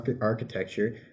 architecture